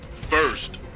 first